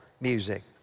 music